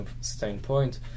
standpoint